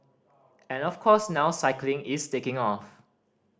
and of course now cycling is taking off